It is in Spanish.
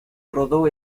rodó